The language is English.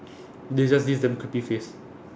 they just give damn creepy face